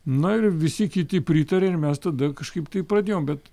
na ir visi kiti pritarė ir mes tada kažkaip tai pradėjom bet